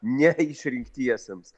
ne išrinktiesiems